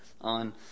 on